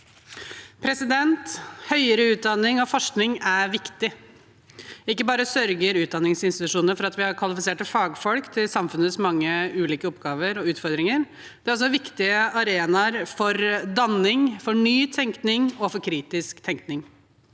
leder): Høyere utdanning og forskning er viktig. Ikke bare sørger utdanningsinstitusjonene for at vi har kvalifiserte fagfolk til samfunnets mange ulike oppgaver og utfordringer, de er også viktige arenaer for danning, nytenkning og kritisk tenkning.